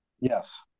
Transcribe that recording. yes